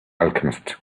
alchemist